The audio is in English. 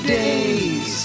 days